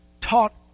taught